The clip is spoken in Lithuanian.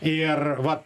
ir va